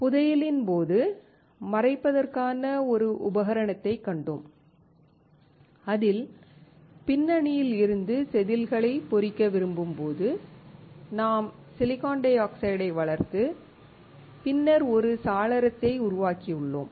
புதையலின் போது மறைப்பதற்கான ஒரு உதாரணத்தைக் கண்டோம் அதில் பின்னணியில் இருந்து செதில்களை பொறிக்க விரும்பும் போது நாம் சிலிக்கான் டை ஆக்சைடை வளர்த்து பின்னர் ஒரு சாளரத்தை உருவாக்கியுள்ளோம்